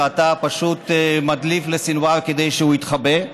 ואתה פשוט מדליף לסנוואר כדי שהוא יתחבא?